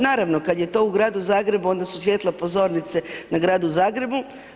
Naravno kada je to u Gradu Zagrebu, onda su svjetla pozornice na Gradu Zagrebu.